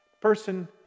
person